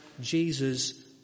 Jesus